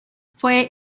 fue